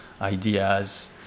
ideas